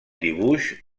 dibuix